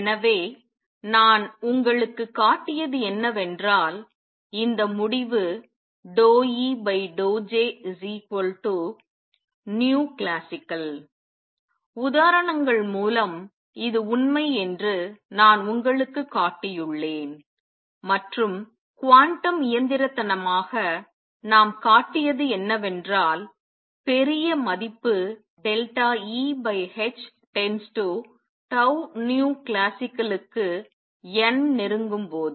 எனவே நான் உங்களுக்கு காட்டியது என்னவென்றால் இந்த முடிவு ∂E∂Jclasical உதாரணங்கள் மூலம் இது உண்மை என்று நான் உங்களுக்குக் காட்டியுள்ளேன் மற்றும் குவாண்டம் இயந்திரத்தனமாக நாம் காட்டியது என்னவென்றால் பெரிய மதிப்பு Eh→τclasicalக்கு n நெருங்கும்போது